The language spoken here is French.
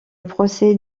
procès